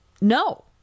no